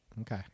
Okay